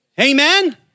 Amen